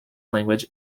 language